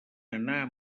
anar